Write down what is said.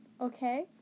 Okay